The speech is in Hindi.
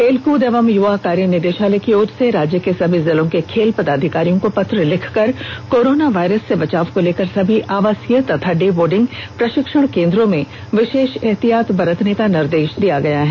खेललकद एवं युवा कार्य निदेशालय की ओर से राज्य के सभी जिलों के खेल पदाधिकारियों को पत्र लिखकर कोरोना वायरस से बचाव को लेकर सभी आवासीय तथा डे बोर्डिंग प्रशिक्षण केंद्रों में विशेष एहतियात बरतने का निर्देश दिया गया है